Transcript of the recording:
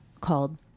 called